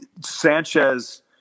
Sanchez